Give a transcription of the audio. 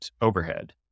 overhead